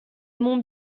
monts